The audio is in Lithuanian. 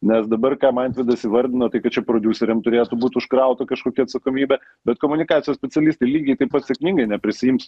nes dabar ką mantvidas įvardino tai kad čia prodiuseriam turėtų būt užkrauta kažkokia atsakomybė bet komunikacijos specialistai lygiai taip pat sėkmingai neprisiims